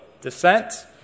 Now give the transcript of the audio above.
descent